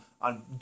on